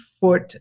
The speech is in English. foot